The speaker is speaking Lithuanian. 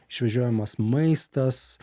išvežiojamas maistas